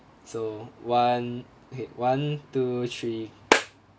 so one okay one two three